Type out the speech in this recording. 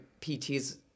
PTs